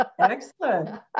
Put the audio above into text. Excellent